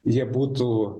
jie būtų